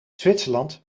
zwitserland